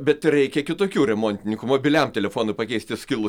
bet reikia kitokių remontininkų mobiliam telefonui pakeisti skilus